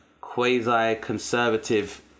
quasi-conservative